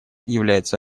является